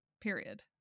Period